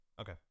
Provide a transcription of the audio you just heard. Okay